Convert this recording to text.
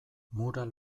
mural